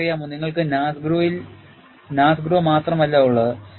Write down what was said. നിങ്ങൾക്കറിയാമോ നിങ്ങൾക്ക് NASGRO മാത്രം അല്ല ഉള്ളത്